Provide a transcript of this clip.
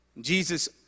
Jesus